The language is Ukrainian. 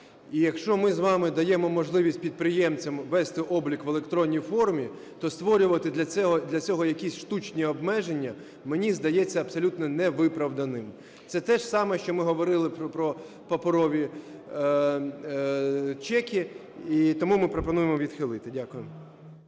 якщо ми з вами даємо можливість підприємцям вести облік в електронній формі, то створювати для цього якісь штучні обмеження мені здається абсолютно невиправданим. Це те ж саме, що ми говорили про паперові чеки, і тому ми пропонуємо відхилити. Дякую.